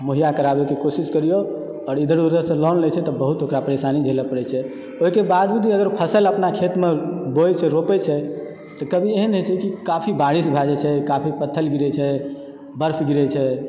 मुहैया कराबै के कोशिस करिऔ आओर इधर उधरसँ लोन लय छै तऽ बहुत ओकरा परेशानीनी झेलय पड़ैत छै ओहिके बावजूदो अगर फसल अपना खेतमे बोइ छै रोपय छै तऽ कभी एहन होइ छै कि काफी बारिस भए जाइ छै काफी पत्थल गिरय छै बर्फ गिरय छै